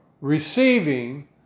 receiving